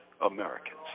Americans